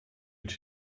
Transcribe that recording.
mit